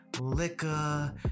Liquor